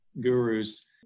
gurus